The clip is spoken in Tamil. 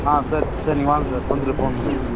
ஆ சர் சரி நீங்கள் வாங்க சார் வந்துட்டு ஃபோன் பண்ணுங்கள் சார்